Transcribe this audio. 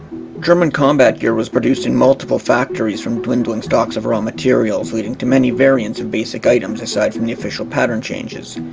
german combat gear was produced in multiple factories from dwindling stocks of raw materials leading to many variants of basic items aside from the official pattern changes.